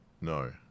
No